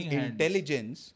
intelligence